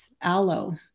aloe